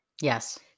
Yes